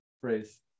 phrase